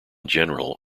general